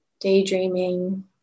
daydreaming